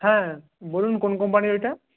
হ্যাঁ বলুন কোন কোম্পানির ওইটা